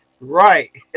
Right